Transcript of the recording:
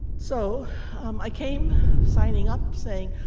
so i came signing up saying,